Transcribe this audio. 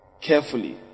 Carefully